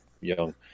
young